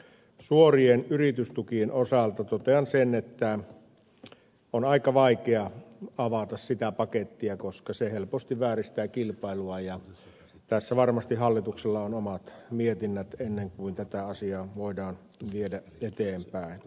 suorien yritystukien osalta totean sen että on aika vaikea avata sitä pakettia koska se helposti vääristää kilpailua ja tässä varmasti hallituksella on omat mietinnät ennen kuin tätä asiaa voidaan viedä eteenpäin